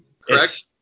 correct